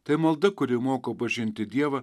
tai malda kuri moko pažinti dievą